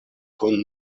kun